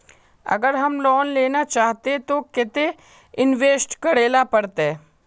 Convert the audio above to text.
अगर हम लोन लेना चाहते तो केते इंवेस्ट करेला पड़ते?